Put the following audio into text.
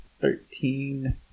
thirteen